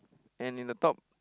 and in the top